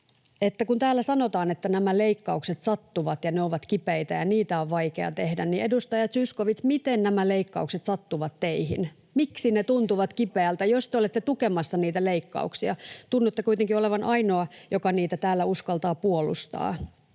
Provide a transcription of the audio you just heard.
kun täällä sanotaan, että nämä leikkaukset sattuvat ja ne ovat kipeitä ja niitä on vaikea tehdä, niin, edustaja Zyskowicz, miten nämä leikkaukset sattuvat teihin, miksi ne tuntuvat kipeältä, jos te olette tukemassa niitä leikkauksia? [Ben Zyskowicz pyytää vastauspuheenvuoroa] Tunnutte kuitenkin olevan ainoa, joka niitä täällä uskaltaa puolustaa.